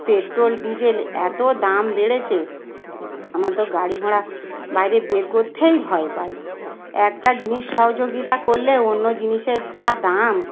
petrol diesel এতো দাম বেড়েছে আমরা তো গাড়ি ঘোড়া বাইরে বের করতেই ভয় পাই একটা জিনিস সহযোগিতা করলে অন্য জিনিসের যা দাম